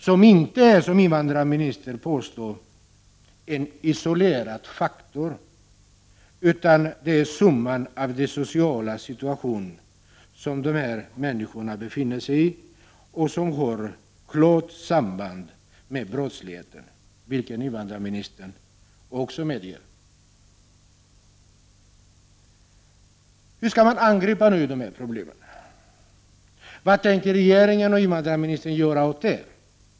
Detta är inte, som invandrarministern påstår, en isolerad faktor, utan det är summan av den sociala situation som dessa människor befinner sig i. Den har ett klart samband med brottsligheten, vilket invandrarministern också medger. Hur skall man angripa problemen? Vad tänker regeringen och invandrarministern göra?